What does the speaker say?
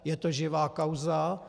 Je to živá kauza?